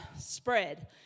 spread